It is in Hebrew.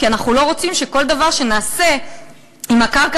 כי אנחנו לא רוצים שכל דבר שנעשה עם הקרקע